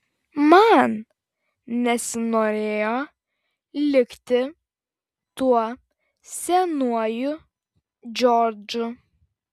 man nesinorėjo likti tuo senuoju džordžu